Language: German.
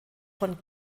von